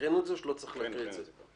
הקראנו את זה או שלא צריך להקריא את זה?